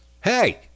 Hey